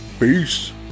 peace